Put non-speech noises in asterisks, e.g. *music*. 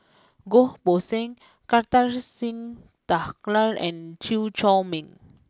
Goh Poh Seng Kartar *unintelligible* Singh Thakral and Chew Chor Meng